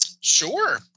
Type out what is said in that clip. Sure